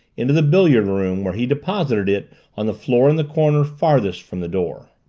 into the billiard room where he deposited it on the floor in the corner farthest from the door.